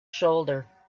shoulder